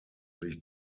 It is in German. sich